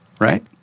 Right